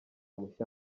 mushya